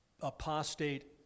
apostate